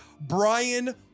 Brian